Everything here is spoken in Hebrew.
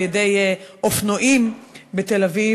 על-ידי אופנועים בתל-אביב,